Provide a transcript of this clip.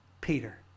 Peter